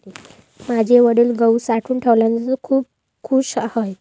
माझे वडील गहू साठवून ठेवल्यानंतर खूप खूश आहेत